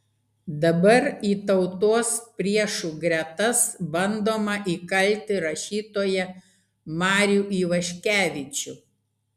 dabar į tautos priešų gretas bandoma įkalti rašytoją marių ivaškevičių